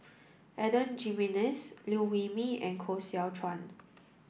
Adan Jimenez Liew Wee Mee and Koh Seow Chuan